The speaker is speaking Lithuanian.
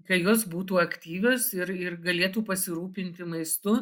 kai jos būtų aktyvios ir ir galėtų pasirūpinti maistu